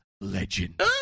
legend